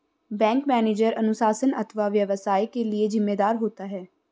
bank manager अनुशासन अथवा व्यवसाय के लिए जिम्मेदार होता है